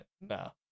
no